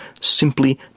simply